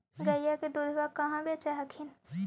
गईया के दूधबा कहा बेच हखिन?